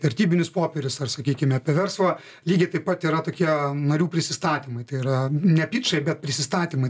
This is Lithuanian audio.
vertybinius popierius ar sakykime apie verslą lygiai taip pat yra tokie narių prisistatymai tai yra ne pičai bet prisistatymai